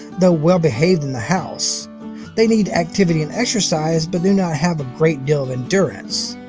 though well-behaved in the house they need activity and exercise, but do not have a great deal of endurance.